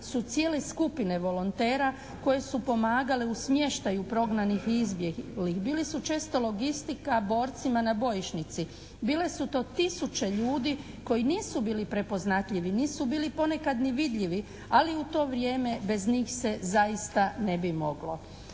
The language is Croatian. su cijele skupine volontera koje su pomagale u smještaju prognanih izbjeglih. Bili su često logistika borcima na bojišnici, bile su to tisuće ljudi koji nisu bili prepoznatljivi, nisu bili ponekad ni vidljivi, ali u to vrijeme bez njih se zaista ne bi moglo.